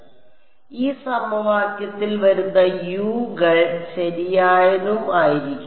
അതിനാൽ ഈ സമവാക്യത്തിൽ വരുന്ന U കൾ ശരിയായതും ആയിരിക്കും